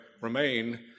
remain